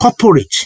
corporate